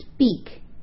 speak